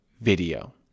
video